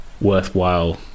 worthwhile